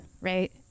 right